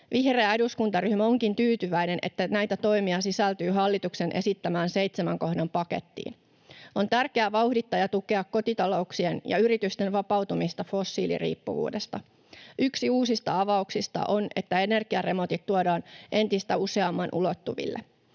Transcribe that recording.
Vihreä eduskuntaryhmä onkin tyytyväinen, että näitä toimia sisältyy hallituksen esittämään seitsemän kohdan pakettiin. On tärkeää vauhdittaa ja tukea kotitalouksien ja yritysten vapautumista fossiiliriippuvuudesta. Yksi uusista avauksista on, että energiaremontit tuodaan entistä useamman ulottuville.